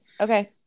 okay